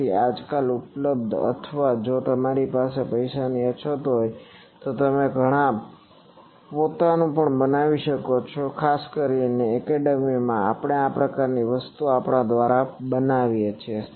તેથી આ આજકાલ ઉપલબ્ધ છે અથવા જો તમારે પૈસાની અછત હોય તો તમે પણ પોતાનું બનાવી શકો છો ખાસ કરીને એકેડમીમાં આપણે આ પ્રકારની વસ્તુઓ આપણા પોતાના દ્વારા બનાવીએ છીએ